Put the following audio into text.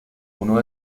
uno